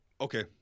Okay